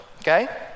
okay